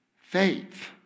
faith